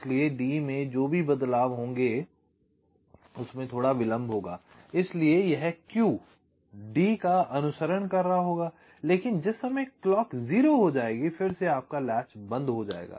इसलिए D में जो भी बदलाव होंगे उसमें थोड़ा विलंब होगा इसलिए यह Q D का अनुसरण कर रहा होगा लेकिन जिस समय क्लॉक 0 हो जाएगी फिर से आपका लैच बंद हो जायेगा